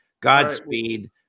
godspeed